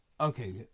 Okay